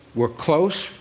we're close!